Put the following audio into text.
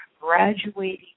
graduating